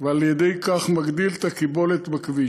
ועל-ידי כך מגדיל את הקיבולת בכביש.